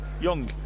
Young